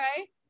okay